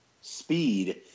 speed